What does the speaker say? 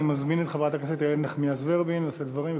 אני מזמין את חברת הכנסת איילת נחמיאס ורבין לשאת דברים.